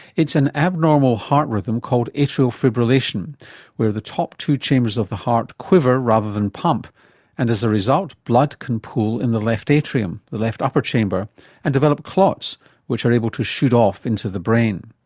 it's an abnormal heart rhythm called atrial fibrillation where the top two chambers of the heart quiver rather than pump and as a result blood can pool in the left atrium the left upper chamber and develop clots which are able to shoot off into the brain.